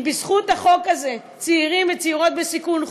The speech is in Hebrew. ואם בזכות החוק הזה צעירים וצעירות בסיכון,